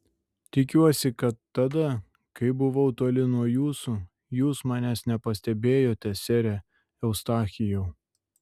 tikiuosi kad tada kai buvau toli nuo jūsų jūs manęs nepastebėjote sere eustachijau